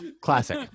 Classic